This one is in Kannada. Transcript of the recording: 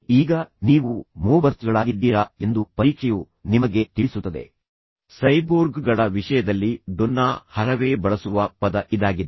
ಈಗ ನೀವು ಮೋಬರ್ಚ್ಗಳಾಗಿದ್ದೀರಾ ಎಂದು ಪರೀಕ್ಷೆಯು ನಿಮಗೆ ತಿಳಿಸುತ್ತದೆ ಸೈಬೋರ್ಗ್ಗಳ ವಿಷಯದಲ್ಲಿ ಡೊನ್ನಾ ಹರವೇ ಬಳಸುವ ಪದ ಇದಾಗಿದೆ